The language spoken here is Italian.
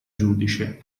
giudice